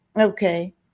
okay